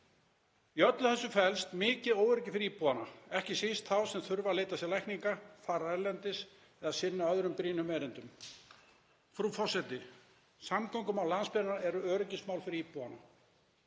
Í öllu þessu felst mikið óöryggi fyrir íbúa, ekki síst þá sem þurfa að leita sér lækninga, fara erlendis eða sinna öðrum brýnum erindum. Frú forseti. Samgöngumál landsbyggðarinnar eru öryggismál fyrir íbúana.